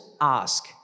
ask